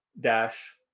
dash